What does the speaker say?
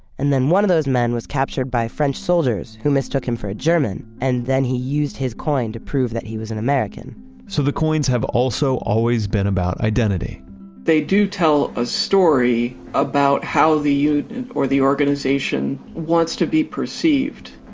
and then one of those men was captured by french soldiers who mistook him for a german. and then he used his coin to prove that he was an american so the coins have also always been about identity they do tell a story about how the unit or the organization wants to be perceived.